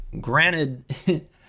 Granted